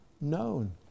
known